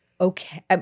okay